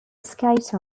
skate